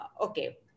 okay